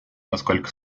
насколько